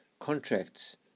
contracts